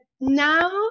Now